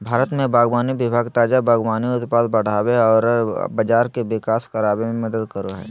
भारत में बागवानी विभाग ताजा बागवानी उत्पाद बढ़ाबे औरर बाजार के विकास कराबे में मदद करो हइ